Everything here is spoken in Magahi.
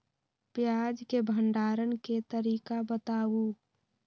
प्याज के भंडारण के तरीका बताऊ?